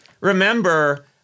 remember